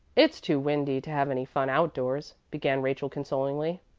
it's too windy to have any fun outdoors, began rachel consolingly.